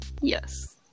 Yes